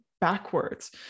backwards